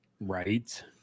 Right